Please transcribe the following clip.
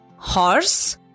Horse